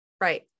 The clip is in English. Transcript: right